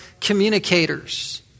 communicators